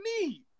need